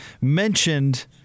mentioned